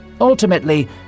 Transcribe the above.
Ultimately